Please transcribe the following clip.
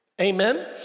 Amen